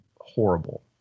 horrible